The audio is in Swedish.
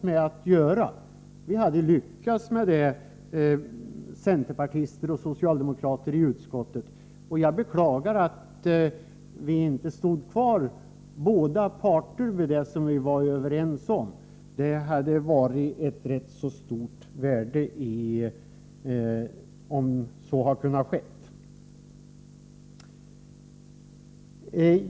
Det hade vi centerpartister och socialdemokrater i utskottet lyckats med. Jag beklagar att vi inte kunde stå fast vid det som vi var överens om. Det hade varit av stort värde om vi hade kunnat göra det.